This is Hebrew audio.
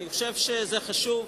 אני חושב שזה חשוב,